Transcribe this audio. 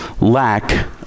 lack